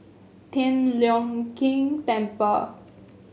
Tian Leong Keng Temple